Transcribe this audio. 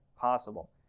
possible